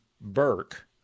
Burke